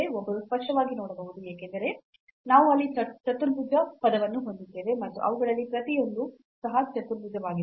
ಒಬ್ಬರು ಸ್ಪಷ್ಟವಾಗಿ ನೋಡಬಹುದು ಏಕೆಂದರೆ ನಾವು ಅಲ್ಲಿ ಈ ಚತುರ್ಭುಜ ಪದವನ್ನು ಹೊಂದಿದ್ದೇವೆ ಮತ್ತು ಅವುಗಳಲ್ಲಿ ಪ್ರತಿಯೊಂದೂ ಸಹ ಚತುರ್ಭುಜವಾಗಿದೆ